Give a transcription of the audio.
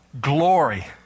glory